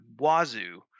wazoo